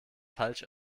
falsch